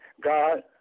God